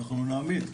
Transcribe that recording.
אנחנו נעמיד,